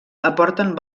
aporten